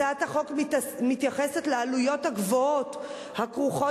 הצעת החוק מתייחסת לעלויות הגבוהות הכרוכות